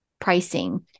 pricing